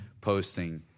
posting